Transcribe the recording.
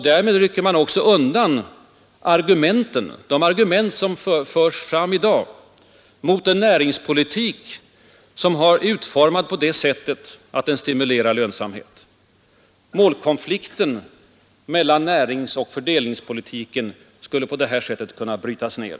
Därmed rycker man också undan de argument som förs fram i dag mot en näringspolitik som är utformad så att den stimulerar lönsamhet. Målkonflikten mellan näringsoch fördelningspolitiken skulle på det sättet kunna brytas ner.